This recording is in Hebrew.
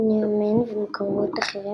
ניר מן ומקורות אחרים,